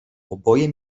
oboje